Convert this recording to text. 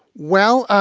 well,